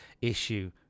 issue